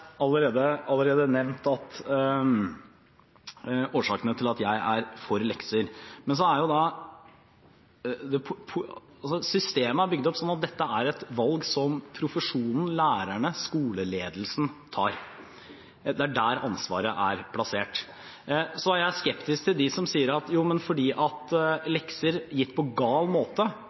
er for lekser. Men systemet er bygd opp slik at dette er et valg som de i profesjonen – lærerne, skoleledelsen – tar. Det er der ansvaret er plassert. Jeg er skeptisk til de som sier at jo, men fordi lekser gitt på gal måte